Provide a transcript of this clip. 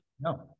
No